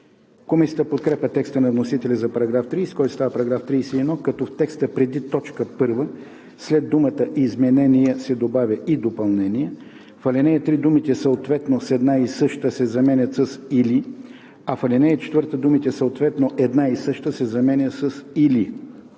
Комисията подкрепя текста на вносителя за § 30, който става § 31, като в текста преди т. 1 след думата „изменения“ се добавя „и допълнения“, в ал. 3 думите „съответно с една и съща“ се заменят с „или“, а в ал. 4 думите „съответно една и съща“ се заменят с „или“.